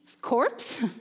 corpse